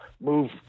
move